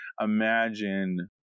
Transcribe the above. imagine